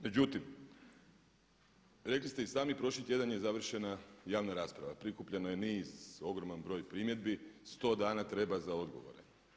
Međutim, rekli ste i sami prošli tjedan je završena javna rasprava, prikupljeno je niz ogroman broj primjedbi, 100 dana treba za odgovore.